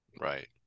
Right